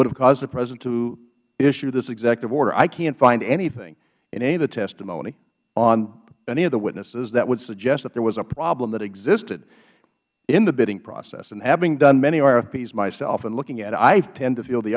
would have caused the president to issue this executive order i can't find anything in any of the testimony on any of the witnesses that would suggest that there was a problems that existed in the bidding process and having done many rfps myself and looking at it i tend to feel the